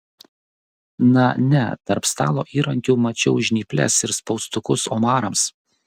na ne tarp stalo įrankių mačiau žnyples ir spaustukus omarams